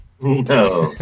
No